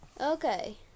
Okay